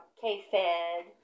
K-Fed